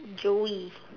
joey